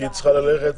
כי היא צריכה ללכת.